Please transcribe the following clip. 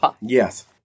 Yes